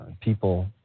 people